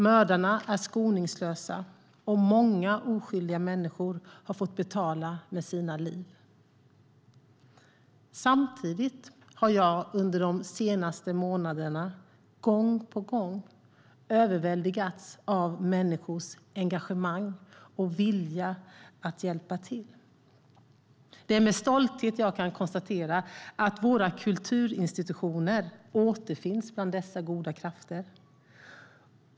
Mördarna är skoningslösa, och många oskyldiga människor har fått betala med sina liv. Samtidigt har jag under de senaste månaderna gång på gång överväldigats av människors engagemang och vilja att hjälpa till. Det är med stolthet jag kan konstatera att våra kulturinstitutioner återfinns bland dessa goda krafter.